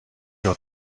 your